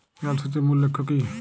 জল সেচের মূল লক্ষ্য কী?